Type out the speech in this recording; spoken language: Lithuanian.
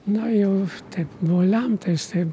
na jau taip buvo lemta jis taip